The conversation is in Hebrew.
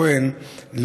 כהן,